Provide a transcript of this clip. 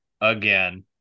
again